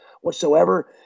whatsoever